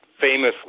famously